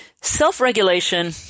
self-regulation